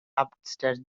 upstairs